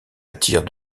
attire